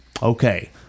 Okay